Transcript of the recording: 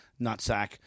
nutsack